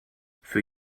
für